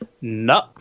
No